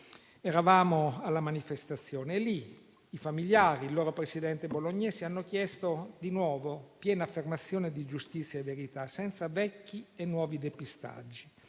eravamo alla manifestazione e lì i familiari e il loro presidente Bolognesi hanno chiesto di nuovo piena affermazione di giustizia e verità, senza vecchi e nuovi depistaggi.